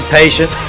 patient